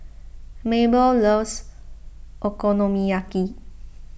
Mabelle loves Okonomiyaki